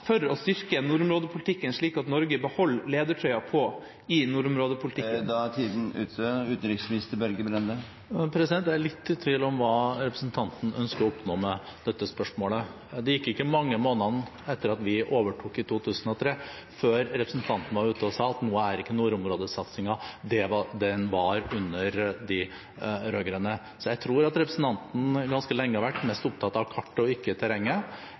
for å styrke nordområdepolitikken, slik at Norge beholder ledertrøya på i nordområdepolitikken? Jeg er litt i tvil om hva representanten ønsker å oppnå med dette spørsmålet. Det gikk ikke mange månedene etter at vi overtok i 2013 før representanten var ute og sa at nå er ikke nordområdesatsingen det den var under de rød-grønne. Så jeg tror at representanten ganske lenge har vært mest opptatt av kartet og ikke terrenget.